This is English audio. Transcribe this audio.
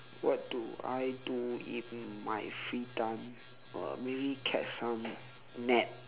what do I do in my free time uh maybe catch some nap